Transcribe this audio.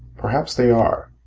perhaps they are.